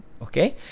okay